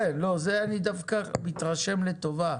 כן, זה אני דווקא מתרשם לטובה.